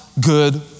good